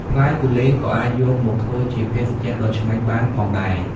ផ្លែគូលែនក៏អាចយកមកធ្វើជាភេសជ្ជៈដ៏ឆ្ងាញ់បានផងដែរ។